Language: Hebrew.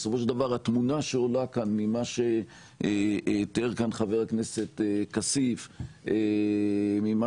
בסופו של דבר התמונה שעולה כאן ממה שתיאר חבר הכנסת כסיף וממה